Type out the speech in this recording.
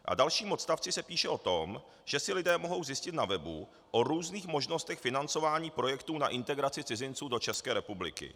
V dalším odstavci se píše o tom, že si lidé mohou zjistit na webu různé možnosti financování projektů na integraci cizinců do České republiky.